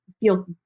feel